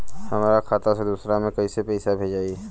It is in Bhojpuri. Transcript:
हमरा खाता से दूसरा में कैसे पैसा भेजाई?